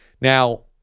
Now